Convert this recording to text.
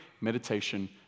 meditation